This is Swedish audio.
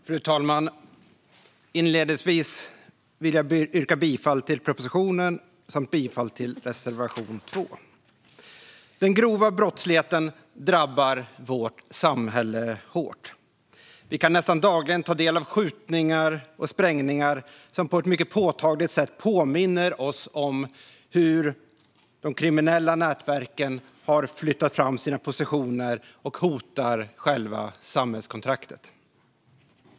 Fru talman! Inledningsvis vill jag yrka bifall till propositionen samt bifall till reservation 2. Den grova brottsligheten drabbar vårt samhälle hårt. Vi kan nästan dagligen ta del av skjutningar och sprängningar som på ett mycket påtagligt sätt påminner oss om hur de kriminella nätverken har flyttat fram sina positioner och hotar själva samhällskontraktet.